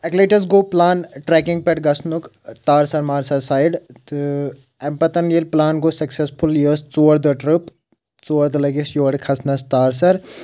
اَکہِ لَٹہِ حظ گوٚو پٕلان ٹریکِنٛگ پؠٹھ گژھنُک تارسَر مارسَر سایڈ تہٕ اَمہِ پَتَن ییٚلہِ پٕلان گوٚو سکسیسفُل یہِ ٲس ژور دۄہ ٹرپ ژور دۄہ لَگہِ اَسہِ یورٕ کھَسنَس تارسَر